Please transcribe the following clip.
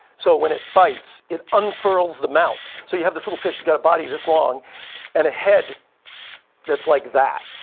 so when it fights, it unfurls the mouth. so you have this little fish that's got a body this long and a head that's like that.